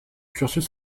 cursus